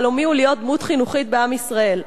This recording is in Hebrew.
חלומי הוא להיות דמות חינוכית בעם ישראל,